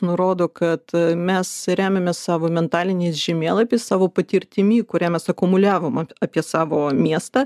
nurodo kad mes remiamės savo mentaliniais žemėlapiais savo patirtimi kurią mes akumuliavome apie savo miestą